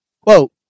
quote